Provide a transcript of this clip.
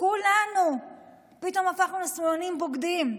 כולנו פתאום הפכנו לשמאלנים בוגדים.